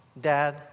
Dad